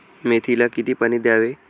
मेथीला किती पाणी द्यावे?